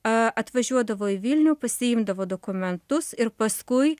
a atvažiuodavo į vilnių pasiimdavo dokumentus ir paskui